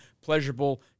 pleasurable